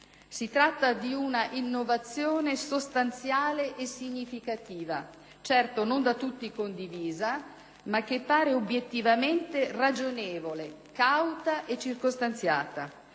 si tratta di un'innovazione sostanziale e significativa, certo non da tutti condivisa, ma che pare obiettivamente ragionevole, cauta e circostanziata.